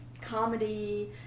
comedy